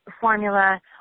formula